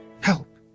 Help